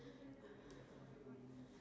then you just keep it in the fridge